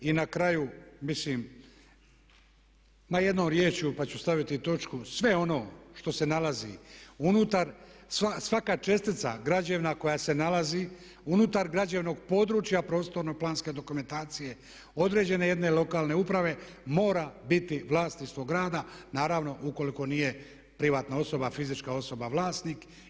I na kraju mislim ma jednom riječju pa ću staviti točku, sve ono što se nalazi unutar, svaka čestica građevna koja se nalazi unutar građevnog područja prostorno-planske dokumentacije određene jedne lokalne uprave mora biti vlasništvo grada, naravno ukoliko nije privatna osoba i fizička osoba vlasnik.